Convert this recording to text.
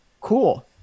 Cool